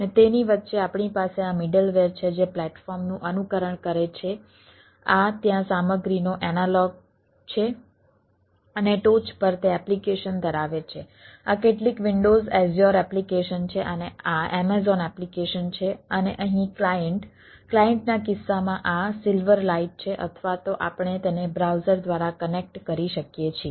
અને તેની વચ્ચે આપણી પાસે આ મિડલવેર છે જે પ્લેટફોર્મનું અનુકરણ કરે છે આ ત્યાં સામગ્રીનો એનાલોગ કરી શકીએ છીએ